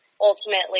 ultimately